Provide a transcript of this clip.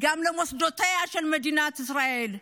גם למוסדותיה של מדינת ישראל,